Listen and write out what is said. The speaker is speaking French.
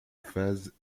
phases